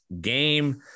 game